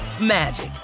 magic